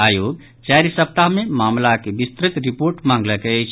आयोग चारि सप्ताह मे मामिलाक विस्तृत रिपोर्ट मांगलक अछि